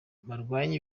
kurwanya